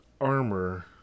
armor